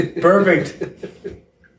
perfect